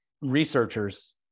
researchers